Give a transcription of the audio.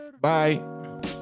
Bye